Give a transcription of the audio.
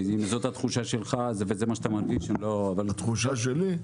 כי אם זאת התחושה שלך וזה מה שאתה מרגיש אני לא --- התחושה שלי?